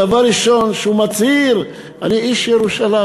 דבר ראשון הוא מצהיר: אני איש ירושלים.